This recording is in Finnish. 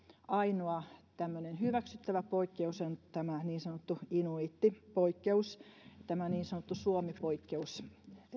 ainoa tämmöinen hyväksyttävä poikkeus on tämä niin sanottu inuiittipoikkeus tämä niin sanottu suomi poikkeus